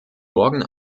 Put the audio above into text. morgen